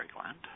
gland